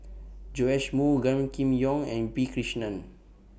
Joash Moo Gan Kim Yong and P Krishnan